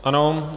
Ano.